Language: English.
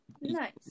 Nice